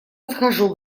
подхожу